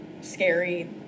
scary